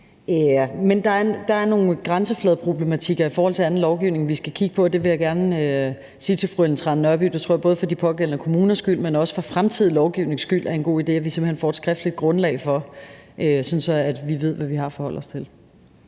der er nogle grænsefladeproblematikker i forhold til anden lovgivning, som vi skal kigge på, og det vil jeg gerne sige til fru Ellen Trane Nørby. Både for de pågældende kommuners skyld, men også for fremtidig lovgivnings skyld tror jeg, at det er god idé, at vi simpelt hen får et skriftligt grundlag i forhold til det, sådan at vi ved, hvad vi har at forholde os til.